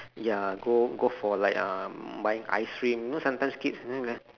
ya go go for like um buying ice cream you know sometimes kids